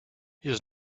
his